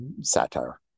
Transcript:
satire